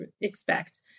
expect